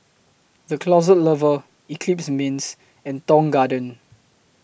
The Closet Lover Eclipse Mints and Tong Garden